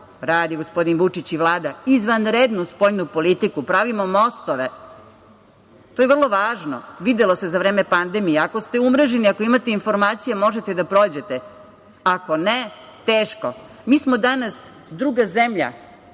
radi gospodin Vučić i Vlada. Izvanrednu spoljnu politiku. Pravimo mostove. To je vrlo važno. Videlo se za vreme pandemije, ako ste umreženi, ako imate informacije možete da prođete, ako ne teško. Mi smo danas druga zemlja